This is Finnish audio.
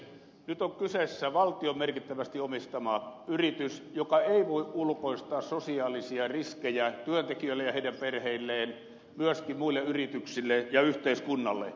nyt on kyseessä valtion merkittävästi omistama yritys joka ei voi ulkoistaa sosiaalisia riskejään työntekijöilleen ja heidän perheilleen myöskään muille yrityksille ja yhteiskunnalle